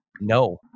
no